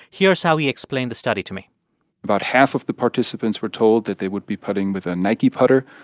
here's how he explained the study to me about half of the participants were told that they would be putting with a nike putter,